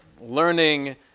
learning